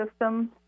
system